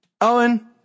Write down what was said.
Owen